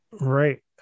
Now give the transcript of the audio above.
Right